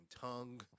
tongue